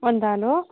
ಒಂದು ಹಾಲು